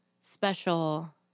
special